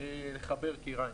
לחבר כיריים.